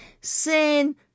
sin